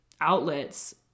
outlets